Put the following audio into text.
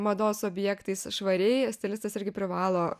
mados objektais švariai stilistas irgi privalo